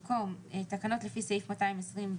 במקום "לתקנות לפי סעיף 220ב,